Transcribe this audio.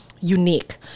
unique